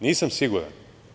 Nisam siguran.